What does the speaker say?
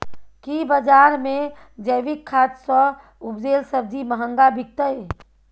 की बजार मे जैविक खाद सॅ उपजेल सब्जी महंगा बिकतै?